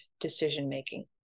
decision-making